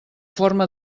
forma